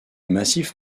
massif